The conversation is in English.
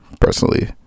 Personally